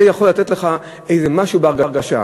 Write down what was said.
זה יכול לתת לך איזה משהו בהרגשה.